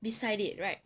beside it right